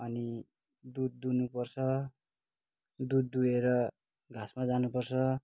अनि दुध दुहुनुपर्छ दुघ दुहेर घाँसमा जानुपर्छ